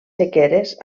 sequeres